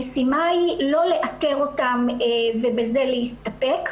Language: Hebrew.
המשימה היא לא לאתר אותם ובזה להסתפק,